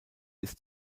ist